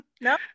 No